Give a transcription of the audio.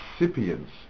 recipients